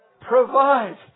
provide